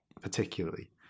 particularly